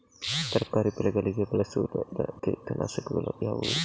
ತರಕಾರಿ ಬೆಳೆಗಳಿಗೆ ಬಳಸಬಹುದಾದ ಕೀಟನಾಶಕಗಳು ಯಾವುವು?